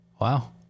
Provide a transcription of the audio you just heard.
Wow